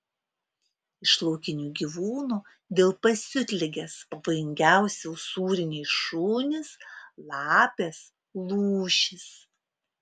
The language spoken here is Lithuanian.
iš laukinių gyvūnų dėl pasiutligės pavojingiausi usūriniai šunys lapės lūšys